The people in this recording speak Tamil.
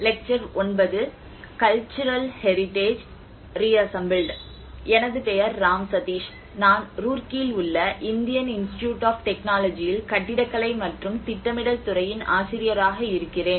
எனது பெயர் ராம் சதீஷ் நான் ரூர்க்கியில் உள்ள இந்தியன் இன்ஸ்டிடியூட் ஆப் டெக்னாலஜியில் கட்டிடக்கலை மற்றும் திட்டமிடல் துறையின் ஆசிரியராக இருக்கிறேன்